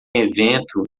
evento